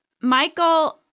Michael